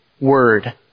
word